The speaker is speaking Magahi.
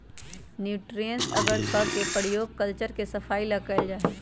न्यूट्रिएंट्स अगर के प्रयोग कल्चर के सफाई ला कइल जाहई